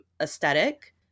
aesthetic